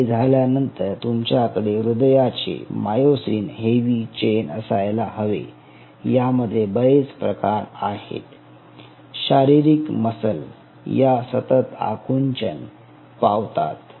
हे झाल्यानंतर तुमच्याकडे हृदयाचे मायोसीन हेवी चेन असायला हवे यामध्ये बरेच प्रकार आहेत शारीरिक मसल या सतत आकुंचन पावतात